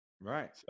Right